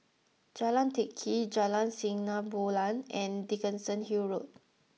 Jalan Teck Kee Jalan Sinar Bulan and Dickenson Hill Road